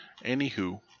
Anywho